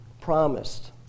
promised